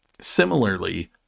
Similarly